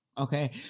Okay